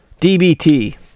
DBT